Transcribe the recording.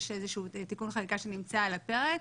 יש איזשהו תיקון חקיקה שנמצא על הפרק,